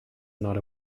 not